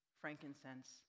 frankincense